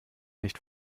nicht